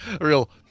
real